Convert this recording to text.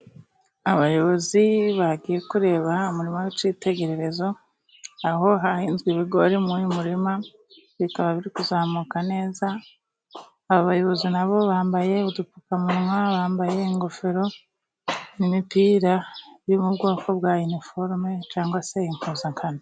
Abayobozi bagiye kureba umurima w'icyitegererezo, aho hahinzwe ibigori mu murima bikaba biri kuzamuka neza, abayobozi nabo bambaye udupfukamunwa, bambaye ingofero imipira yo mu bwoko bwa yuniforume cyangwase impuza nkano.